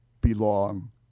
belong